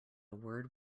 word